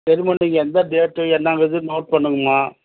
சரிம்மா நீங்கள் எந்த டேட்டு என்னங்குறது நோட் பண்ணுங்கம்மா